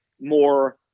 more